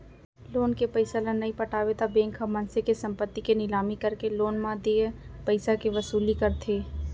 loan के पइसा ल नइ पटाबे त बेंक ह मनसे के संपत्ति के निलामी करके लोन म देय पइसाके वसूली करथे